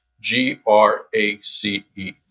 G-R-A-C-E